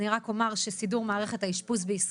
אני רק אדייק: לא אמרנו שאז היא תצא לפועל.